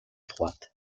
droite